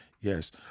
Yes